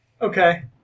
Okay